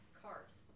cars